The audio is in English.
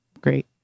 Great